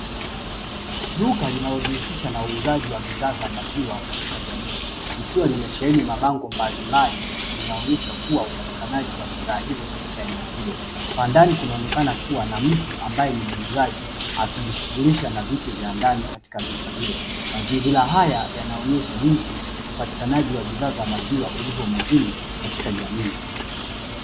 Duka linalojihusisha na uuzaji wa bidhaa za maziwa katika jamii, likiwa limesheheni mabango mbalimbali inaonyesha kuwa upatikanaji wa bidhaa hizo katika eneo hilo, kwa ndani kunaonekana kuwa na mtu ambae ni muuzaji akijishunghulisha na vitu vya ndani katika duka hilo. Mazingira haya yanaonyesha jinsi upatikanaji wa bidhaa za maziwa ulivyo muhimu katika jamii.